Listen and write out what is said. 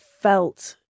felt